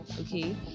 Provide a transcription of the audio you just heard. okay